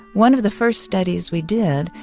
one of the first studies we did,